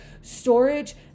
storage